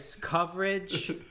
coverage